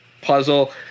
puzzle